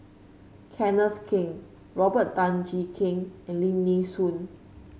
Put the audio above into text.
Kenneth Keng Robert Tan Jee Keng and Lim Nee Soon